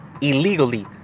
illegally